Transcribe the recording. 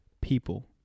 people